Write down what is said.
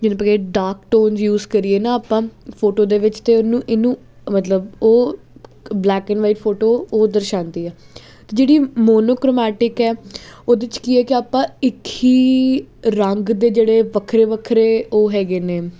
ਜਿਵੇਂ ਆਪਾਂ ਕਹੀਏ ਡਾਕ ਟੋਨ ਯੂਸ ਕਰੀਏ ਨਾ ਆਪਾਂ ਫੋਟੋ ਦੇ ਵਿੱਚ ਅਤੇ ਉਹਨੂੰ ਇਹਨੂੰ ਮਤਲਬ ਉਹ ਬਲੈਕ ਐਂਡ ਵਾਈਟ ਫੋਟੋ ਉਹ ਦਰਸਾਉਂਦੀ ਆ ਅਤੇ ਜਿਹੜੀ ਮੋਨੋਕ੍ਰਮਟਿਕ ਹੈ ਉਹਦੇ 'ਚ ਕੀ ਹੈ ਕਿ ਆਪਾਂ ਇੱਕ ਹੀ ਰੰਗ ਦੇ ਜਿਹੜੇ ਵੱਖਰੇ ਵੱਖਰੇ ਉਹ ਹੈਗੇ ਨੇ